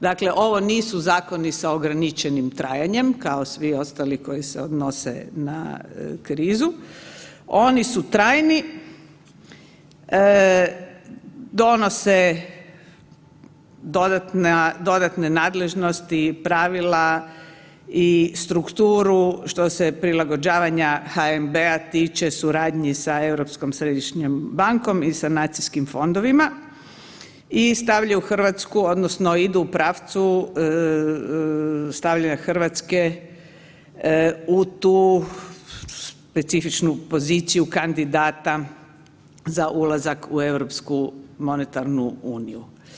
Dakle, ovo nisu zakoni sa ograničenim trajanjem kao svi ostali koji se odnose na krizu, oni su trajni, donose dodatne nadležnosti, pravila i strukturu što se prilagođavanja HNB-a tiče suradnji sa Europskom središnjom bankom i sanacijskim fondovima i stavljaju Hrvatsku odnosno idu u pravcu stavljanja Hrvatske u tu specifičnu poziciju kandidata za ulazak u Europsku monetarnu uniju.